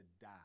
die